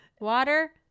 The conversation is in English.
Water